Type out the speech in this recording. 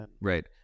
Right